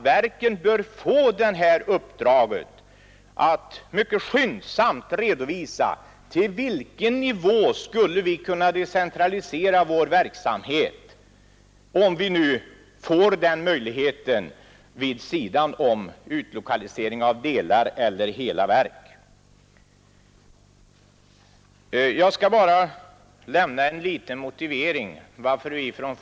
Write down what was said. Verken bör få uppdraget att mycket skyndsamt redovisa till vilken nivå de skulle kunna decentralisera sin verksamhet, om de får den möjligheten som alternativ till utlokalisering av hela verk eller delar därav.